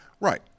Right